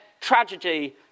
tragedy